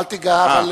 אל תיגע.